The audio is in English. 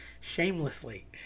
Shamelessly